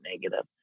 negative